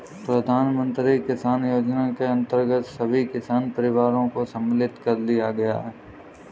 प्रधानमंत्री किसान योजना के अंतर्गत सभी किसान परिवारों को सम्मिलित कर लिया गया है